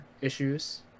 issues